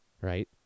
Right